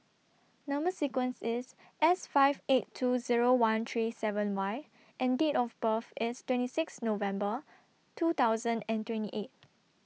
Number sequence IS S five eight two Zero one three seven Y and Date of birth IS twenty six November two thousand and twenty eight